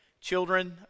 Children